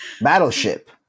Battleship